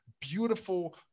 beautiful